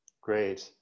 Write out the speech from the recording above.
great